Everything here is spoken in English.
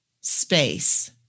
space